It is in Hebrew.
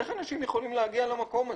איך הם יכולים להגיע למקום הזה?